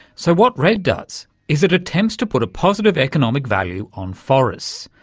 so what redd does is it attempts to put a positive economic value on forests.